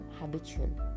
habitual